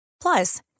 Plus